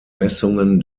messungen